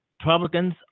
Republicans